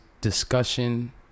discussion